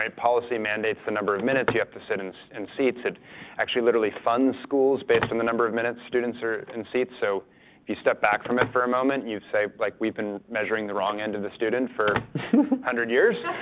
ah policy mandates the number of minutes you have to sit in so and seats. it actually literally funds schools based on the number of minutes students are in seats, so if you step back from it for a moment you say like we've been measuring the wrong end of the student for one hundred years,